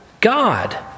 God